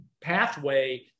pathway